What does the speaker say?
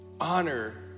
Honor